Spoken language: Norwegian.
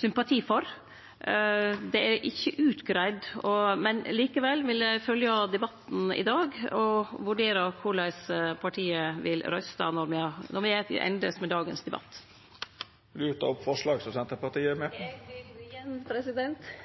sympati for. Det er ikkje utgreidd, men likevel vil eg følgje debatten i dag og vurdere korleis partiet vil røyste når me er til endes med dagens debatt. Vil representanten ta opp forslaget som Senterpartiet er med